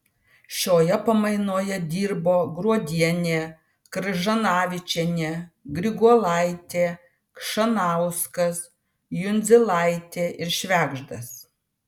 šioje pamainoje dirbo gruodienė kržanavičienė griguolaitė chšanauskas jundzilaitė ir švegždas